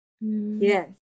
yes